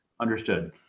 Understood